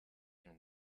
and